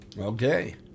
Okay